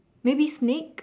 maybe snake